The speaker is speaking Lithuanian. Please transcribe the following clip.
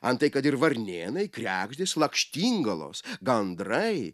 antai kad ir varnėnai kregždės lakštingalos gandrai